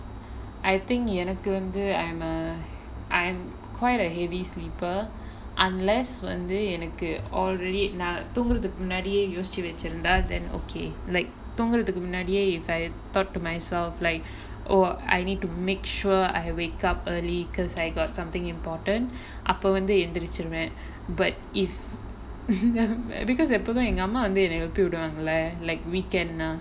I think எனக்கு வந்து:enakku vanthu I'm a I'm quite a heavy sleeper unless one day and வந்து எனக்கு:vanthu enakku already நா தூங்குறதுக்கு முன்னாடியே யோசிச்சு வச்சிருந்தால்:naa thoongurathukku munnaadiyae yosichu vachirunthaal than okay like தூங்குறதுக்கு முன்னாடியே:thoongurathukku munnaadiyae fear I thought to myself like oh I need to make sure I wake up early because I got something important அப்ப வந்து எழுந்துருச்சுருவேன்:appe vanthu elunthuruchuruvaen but if because எப்போவுமே எங்க அம்மா வந்து எனய எழுப்பி விடுவாங்கள்ள:eppavumae enga amma vanthu enaya elupi viduvangalla like weekend now